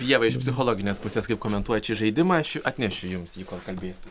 ieva iš psichologinės pusės kaip komentuojat šį žaidimą aš atnešiu jums jį kol kalbėsit